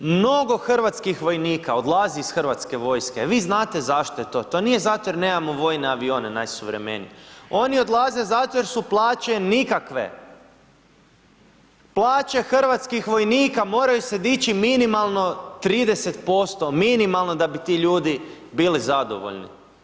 Mnogo Hrvatskih vojnika odlazi iz Hrvatske vojske vi znate zašto je to, to nije zato jer nemamo vojne avione najsuvremenije, oni odlaze zato jer su plaće nikakve, plaće Hrvatskih vojnika moraju se dići minimalno 30%, minimalno da bi ti ljudi bili zadovoljni.